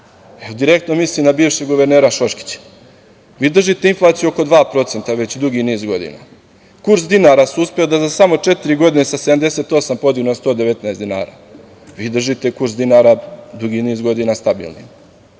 direktno mislim na bivšeg guvernera Šoškića. Vi držite inflaciju oko 2% već dugi niz godina. Kurs dinara su uspeli da za samo četiri godine sa 78 podignu na 119 dinara. Vi držite kurs dinara dugi niz godina stabilnim.